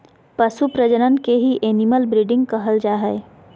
पशु प्रजनन के ही एनिमल ब्रीडिंग कहल जा हय